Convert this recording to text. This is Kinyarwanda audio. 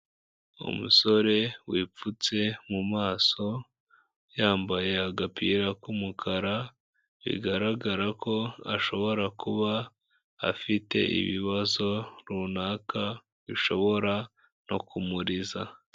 Umusore wipfutse mu mumaso, yambaye agapira k'umukara bigaragara ko ashobora kuba afite ibibazo runaka bishobora no kumuriza.